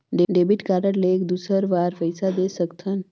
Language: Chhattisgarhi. डेबिट कारड ले एक दुसर बार पइसा दे सकथन?